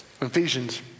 Ephesians